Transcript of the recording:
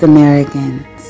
Americans